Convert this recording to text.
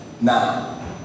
Now